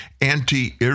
anti